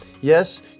Yes